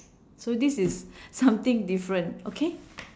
so this is something different okay